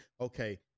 Okay